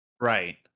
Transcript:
Right